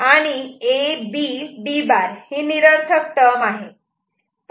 आणि A B D' ही निरर्थक टर्म आहे